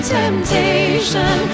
temptation